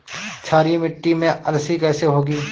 क्षारीय मिट्टी में अलसी कैसे होगी?